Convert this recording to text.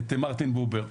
את מרטין בובר.